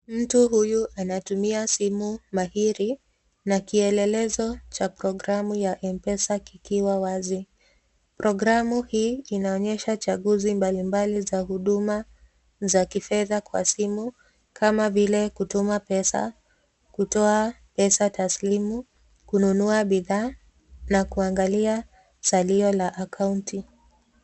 Mtu huyu anatumia simu mahiri, na kielelezo cha programu ya M-PESA kikiwa wazi. Programu hii inaonyesha changuzi mbalimbali za huduma za kifedha kwa simu, kama vile kutuma pesa, kutoa pesa taslimu, kununua bidhaa na kuangalia salio la akaunti.